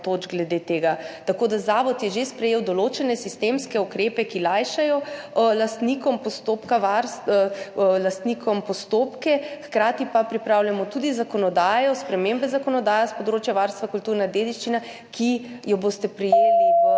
Zavod je že sprejel določene sistemske ukrepe, ki lajšajo lastnikom postopke, hkrati pa pripravljamo tudi spremembo zakonodaje s področja varstva kulturne dediščine, ki jo boste prejeli v